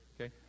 okay